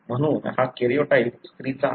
म्हणून हा कॅरिओटाइप स्रिचा आहे